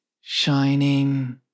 shining